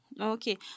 Okay